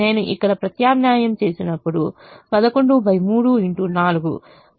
నేను ఇక్కడ ప్రత్యామ్నాయం చేసినప్పుడు 113 x 4 443